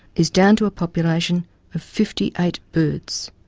is down to a population of fifty eight birds.